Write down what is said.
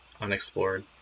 unexplored